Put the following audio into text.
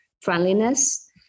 friendliness